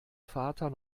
vater